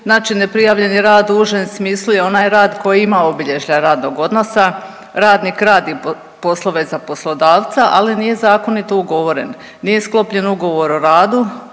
Znači neprijavljeni rad u užem smislu je onaj rad koji ima obilježja radnog odnosa, radnik radi poslove za poslodavca, ali nije zakonito ugovoren. Nije sklopljen ugovor o radu,